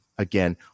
Again